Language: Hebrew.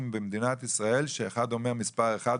במדינת ישראל אחד אומר מספר אחד,